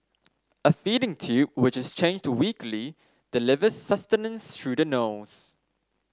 a feeding tube which is changed weekly delivers sustenance through the nose